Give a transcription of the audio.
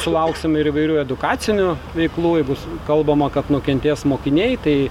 sulauksim ir įvairių edukacinių veiklų ir bus kalbama kad nukentės mokiniai tai